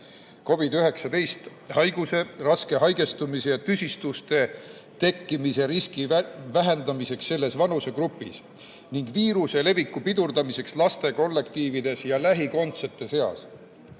COVID-19 haiguse korral raske haigestumise ja tüsistuste tekkimise riski vähendamiseks selles vanusegrupis ning viiruse leviku pidurdamiseks lastekollektiivides ja lähikondsete seas.